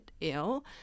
ill